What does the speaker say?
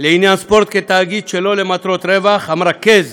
לעניין ספורט, כתאגיד שלא למטרות רווח, המרכז